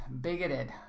bigoted